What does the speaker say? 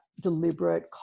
deliberate